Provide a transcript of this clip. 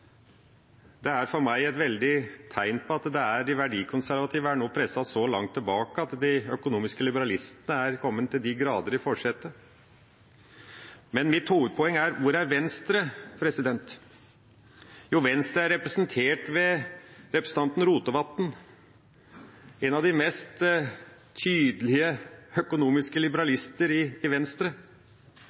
Det er for meg et sterkt tegn på at de verdikonservative nå er presset så langt tilbake at de økonomiske liberalistene til de grader har kommet i førersetet. Men mitt hovedpoeng er: Hvor er Venstre? Jo, Venstre er representert ved representanten Rotevatn, en av de tydeligste økonomiske liberalister i Venstre, som i